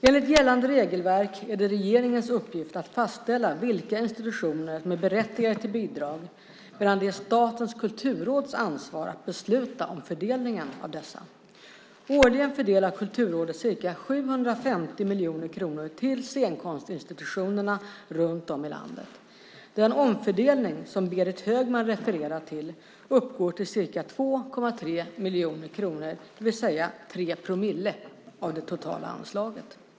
Enligt gällande regelverk är det regeringens uppgift att fastställa vilka institutioner som är berättigade till bidrag medan det är Statens kulturråds ansvar att besluta om fördelningen av dessa. Årligen fördelar Kulturrådet ca 750 miljoner kronor till scenkonstinstitutionerna runt om i landet. Den omfördelning som Berit Högman refererar till uppgår till ca 2,3 miljoner kronor, det vill säga till 0,3 procent det totala anslaget.